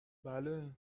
بله